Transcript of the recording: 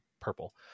purple